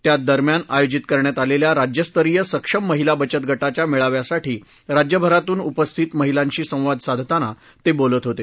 त्या दरम्यान आयोजित करण्यात आलेल्या राज्यस्तरीय सक्षम महिला बचत गाविया मेळाव्यासाठी राज्यभरातून उपस्थित महिलांशी संवाद साधताना ते बोलत होते